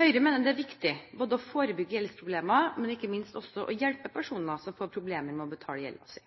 Høyre mener det er viktig både å forebygge gjeldsproblemer og, ikke minst, å hjelpe personer som får problemer med å betale gjelden sin.